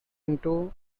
into